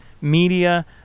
media